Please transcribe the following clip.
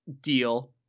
deal